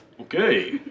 Okay